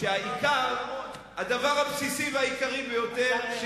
כשהדבר הבסיסי והעיקרי ביותר,